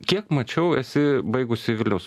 kiek mačiau esi baigusi vilniaus